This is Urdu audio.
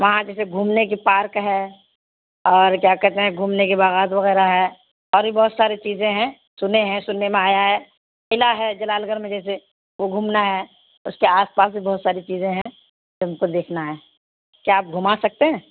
وہاں جیسے گھومنے کی پارک ہے اور کیا کہتے ہیں گھومنے کے باغات وغیرہ ہے اور بھی بہت ساری چیزیں ہیں سنے ہیں سننے میں آیا ہے قلعہ ہے جلال گھرھ میں جیسے وہ گھومنا ہے اس کے آس پاس بھی بہت ساری چیزیں ہیں ج ہم کو دیکھنا ہے کیا آپ گھما سکتے ہیں